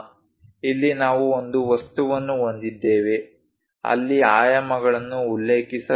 ಇಲ್ಲಿ ನಾವು ಒಂದು ವಸ್ತುವನ್ನು ಹೊಂದಿದ್ದೇವೆ ಅಲ್ಲಿ ಆಯಾಮಗಳನ್ನು ಉಲ್ಲೇಖಿಸಲಾಗುತ್ತದೆ